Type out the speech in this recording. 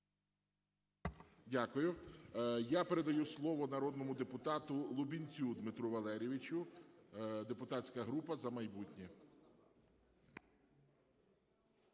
Дякую. Я передаю слово народному депутату Лубінцю Дмитру Валерійовичу, депутатська група "За майбутнє".